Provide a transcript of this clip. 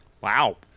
Wow